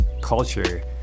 culture